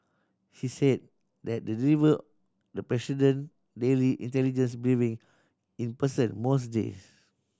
he's said that the deliver the president daily intelligence briefing in person most days